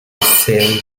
sale